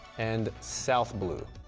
and south blue.